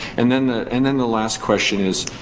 and then the and then the last question is,